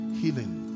healing